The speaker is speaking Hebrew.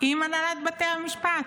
עם הנהלת בתי המשפט.